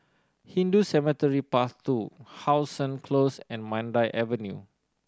Hindu Cemetery Path Two How Sun Close and Mandai Avenue